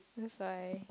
just like